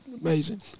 amazing